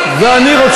ואני מבקש,